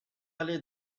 allée